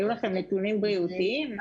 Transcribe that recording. היו לכם נתונים בריאותיים?